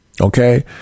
Okay